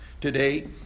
today